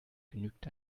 genügt